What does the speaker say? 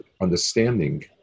understanding